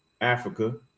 africa